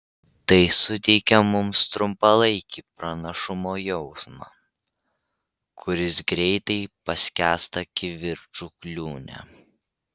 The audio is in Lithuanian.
tai suteikia mums trumpalaikį pranašumo jausmą kuris greitai paskęsta kivirčų liūne